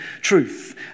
truth